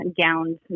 gowns